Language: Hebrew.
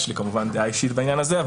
יש לי כמובן דעה אישית בעניין הזה.